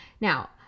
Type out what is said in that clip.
Now